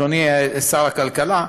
אדוני שר הכלכלה,